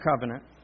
covenant